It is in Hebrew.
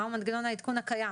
מהו מנגנון העדכון הקיים?